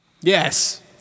Yes